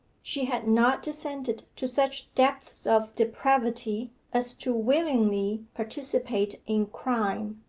she had not descended to such depths of depravity as to willingly participate in crime.